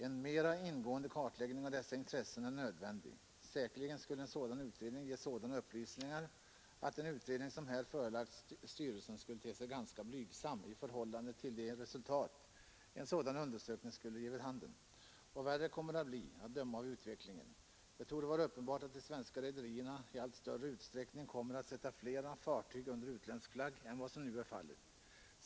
En mera ingående kartläggning av dessa intressen är nödvändig. Säkerligen skulle en sådan utredning ge sådana upplysningar att den utredning som här förelagts styrelsen skulle te sig ganska blygsam i förhållande till de resultat en sådan undersökning skulle ge vid handen. Och värre kommer det att bli, att döma av utvecklingen: Det torde vara uppenbart att de svenska rederierna i allt större utsträckning kommer att sätta fler fartyg under utländsk flagg än vad som nu är fallet.